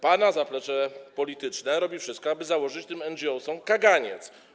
Pana zaplecze polityczne robi wszystko, aby założyć tym NGOs kaganiec.